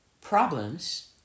problems